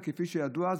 כפי שידוע,